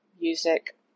music